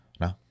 No